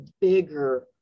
bigger